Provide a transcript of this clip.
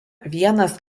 vienas